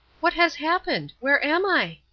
what has happened? where am i?